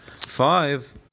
Five